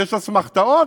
ויש אסמכתאות,